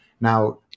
Now